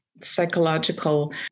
psychological